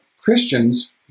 Christians